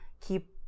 keep